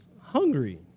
hungry